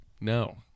No